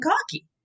cocky